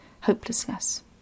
hopelessness